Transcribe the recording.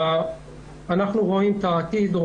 אנחנו רואים את העתיד.